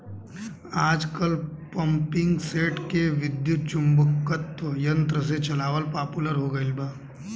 आजकल पम्पींगसेट के विद्युत्चुम्बकत्व यंत्र से चलावल पॉपुलर हो गईल बा